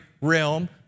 realm